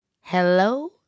Hello